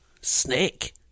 Snake